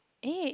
A